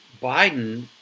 Biden